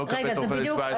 לא לקבל טופס 17. רגע,